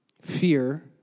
Fear